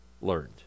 learned